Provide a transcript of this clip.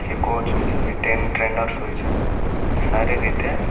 જે કોચ હોય છે જે ટ્રેન ટ્રેનર્સ હોય છે એ સારી રીતે